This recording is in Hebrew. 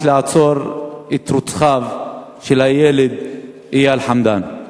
לעצור את רוצחיו של הילד אייל חמדאן.